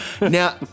Now